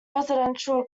residential